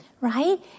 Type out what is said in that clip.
right